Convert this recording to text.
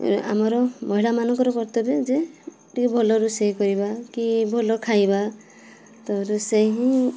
ଆମର ମହିଳା ମାନଙ୍କର କର୍ତ୍ତବ୍ୟ ଯେ ଟିକେ ଭଲ ରୋଷେଇ କରିବା କି ଭଲ ଖାଇବା ତ ରୋଷେଇ ହିଁ